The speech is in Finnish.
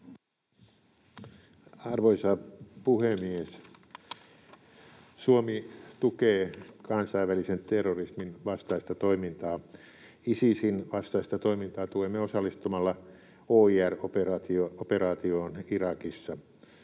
Arvoisa puhemies! Suomi tukee kansainvälisen terrorismin vastaista toimintaa. Isisin vastaista toimintaa tuemme osallistumalla OIR-operaatioon Irakissa.